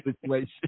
situation